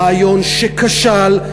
רעיון שכשל,